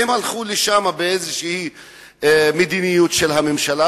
והם הלכו לשם באיזו מדיניות של הממשלה,